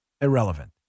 irrelevant